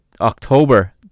October